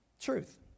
truth